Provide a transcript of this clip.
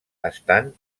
estan